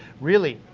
really,